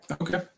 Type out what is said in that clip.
Okay